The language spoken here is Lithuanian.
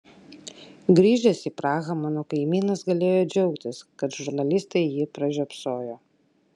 grįžęs į prahą mano kaimynas galėjo džiaugtis kad žurnalistai jį pražiopsojo